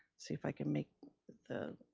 see if i can make the,